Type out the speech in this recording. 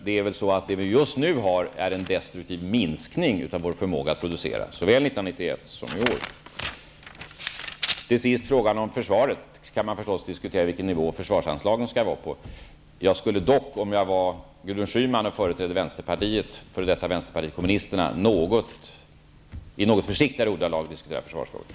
Det som vi just nu har är en destruktiv minskning av vår förmåga att producera. Det gäller såväl 1991 som i år. Till sist beträffande frågan om försvaret: Visst kan man diskutera på vilken nivå försvarsanslaget skall ligga. Jag skulle dock om jag vore Gudrun Schyman och företrädde vänsterpartiet, f.d. vänsterpartiet kommunisterna, i något försiktigare ordalag diskutera försvarsfrågorna.